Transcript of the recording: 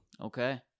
Okay